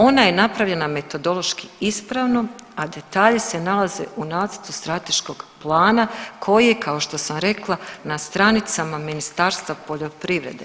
Ona je napravljena metodološki ispravno, a detalji se nalaze u nacrtu strateškog plana koji je kao što sam rekla na stranicama Ministarstva poljoprivrede.